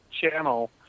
channel